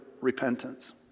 repentance